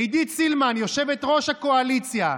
עידית סילמן, יושבת-ראש הקואליציה,